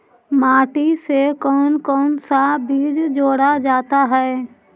माटी से कौन कौन सा बीज जोड़ा जाता है?